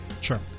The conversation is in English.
Sure